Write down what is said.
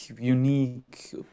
unique